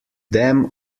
them